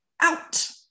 out